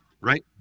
Right